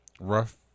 rough